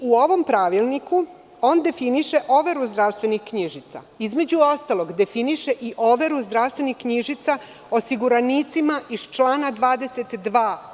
U ovom pravilniku on definiše overu zdravstvenih knjižica, između ostalog, definiše i overu zdravstvenih knjižica osiguranicima iz člana 22.